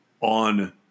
on